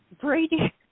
Brady